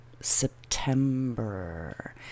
September